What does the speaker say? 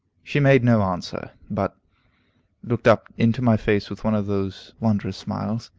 she made no answer, but looked up into my face with one of those wondrous smiles.